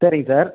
சரிங்க சார்